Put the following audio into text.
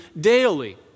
daily